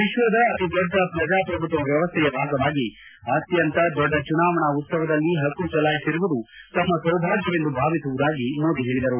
ವಿಶ್ವದ ಅತಿ ದೊಡ್ಡ ಪ್ರಜಾಪ್ರಭುತ್ವ ವ್ಯವಸ್ಥೆಯ ಭಾಗವಾಗಿ ಅತ್ಯಂತ ದೊಡ್ಡ ಚುನಾವಣಾ ಉತ್ತವದಲ್ಲಿ ಪಕ್ಕು ಚಲಾಯಿಸಿರುವುದು ತಮ್ಮ ಸೌಭಾಗ್ಯವೆಂದು ಭಾವಿಸುವುದಾಗಿ ಮೋದಿ ಹೇಳಿದರು